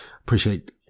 appreciate